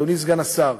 אדוני סגן השר,